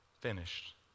finished